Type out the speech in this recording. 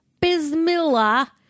Bismillah